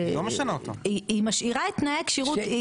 היא משאירה את תנאי כשירות.